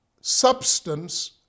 substance